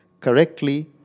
correctly